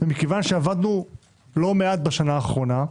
מכיוון שעבדנו לא מעט בשנה האחרונה,